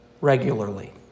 regularly